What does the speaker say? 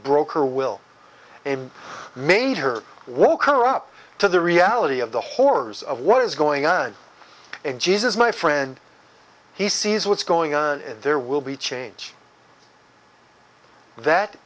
broke her will and made her woke her up to the reality of the horrors of what is going on and jesus my friend he sees what's going on there will be change that